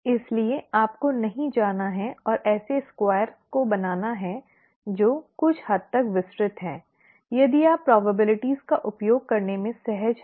इसलिए आपको नहीं जाना है और ऐसे स्क्वायर को बनाना है जो कुछ हद तक विस्तृत हैं यदि आप संभावनाओं का उपयोग करने में सहज है